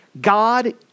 God